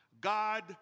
God